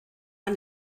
han